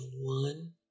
One